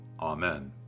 Amen